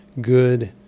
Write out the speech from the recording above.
good